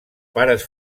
pares